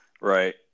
Right